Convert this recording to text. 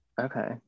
okay